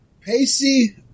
Pacey